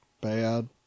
Bad